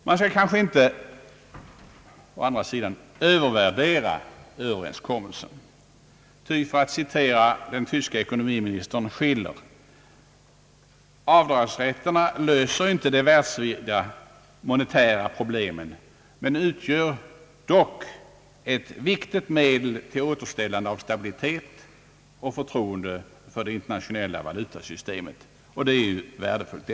Å andra sidan skall man inte övervärdera Överenskommelsen, ty för att citera den tyske ekonomiministern Schiller löser dragningsrätterna inte de världsvida monetära problemen men utgör dock ett viktigt medel till återställande av stabilitet och förtroende för det internationella valutasystemet. Detta är värdefullt.